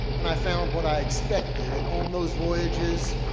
and i found what i expected on those voyages,